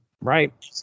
right